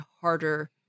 harder